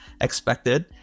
expected